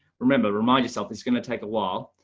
remember, remind yourself it's going to take a wall